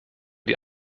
die